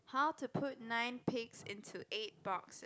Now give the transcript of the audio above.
how to put nine pigs into eight boxes